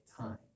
time